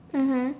mmhmm